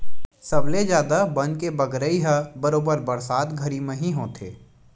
सबले जादा बन के बगरई ह बरोबर बरसात घरी म ही होथे